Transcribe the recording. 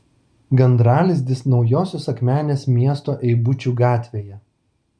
gandralizdis naujosios akmenės miesto eibučių gatvėje